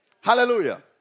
Hallelujah